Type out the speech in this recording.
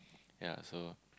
yea so